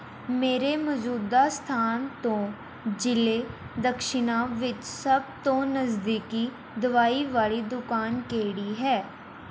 ਮੇਰੇ ਮੌਜ਼ੂਦਾ ਸਥਾਨ ਤੋਂ ਜ਼ਿਲ੍ਹੇ ਦਕਸ਼ਿਨਾ ਵਿੱਚ ਸਭ ਤੋਂ ਨਜ਼ਦੀਕੀ ਦਵਾਈ ਵਾਲ਼ੀ ਦੁਕਾਨ ਕਿਹੜੀ ਹੈ